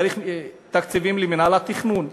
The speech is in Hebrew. צריך תקציבים למינהל התכנון.